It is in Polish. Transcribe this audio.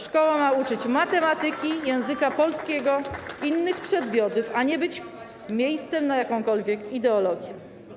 Szkoła ma uczyć matematyki, języka polskiego, innych przedmiotów, a nie być miejscem na jakąkolwiek ideologię.